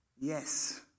Yes